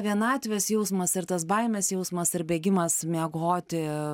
vienatvės jausmas ir tas baimės jausmas ir bėgimas miegoti